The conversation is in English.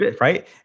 right